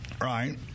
right